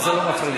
מה זה לא מפריעים?